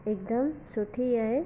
हिकदमु सुठी ऐं